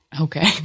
Okay